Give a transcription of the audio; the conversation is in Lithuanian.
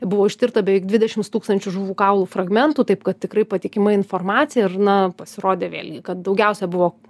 buvo ištirta beveik dvidešims tūkstančių žuvų kaulų fragmentų taip kad tikrai patikima informacija ir na pasirodė vėlgi kad daugiausia buvo